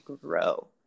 grow